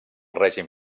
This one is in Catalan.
règim